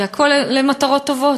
והכול למטרות טובות,